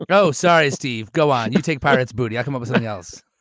like oh, sorry, steve. go on. you take pirate's booty. i come up with nothing else